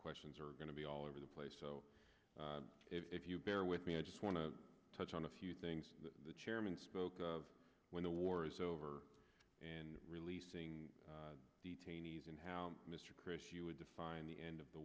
questions are going to be all over the place so if you bear with me i just want to touch on a few things that the chairman spoke of when the war is over and releasing detainees and how mr chris you would define the end of the